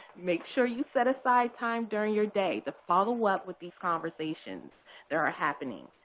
make sure you set aside time during your day to follow-up with these conversations that are happening.